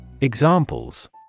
Examples